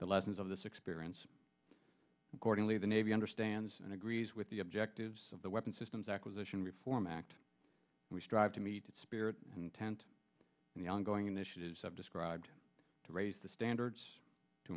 the lessons of this experience accordingly the navy understands and agrees with the objectives of the weapon systems acquisition reform act we strive to meet that spirit intent and the ongoing initiatives i've described to raise the standards to